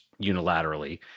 unilaterally